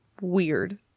weird